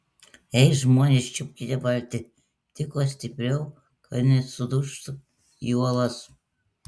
ei žmonės čiupkite valtį tik kuo stipriau kad nesudužtų į uolas